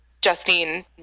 Justine